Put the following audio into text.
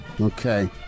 Okay